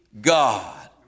God